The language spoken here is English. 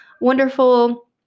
wonderful